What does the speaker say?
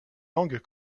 langues